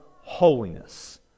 holiness